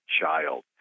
Child